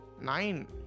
nine